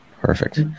Perfect